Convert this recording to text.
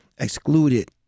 excluded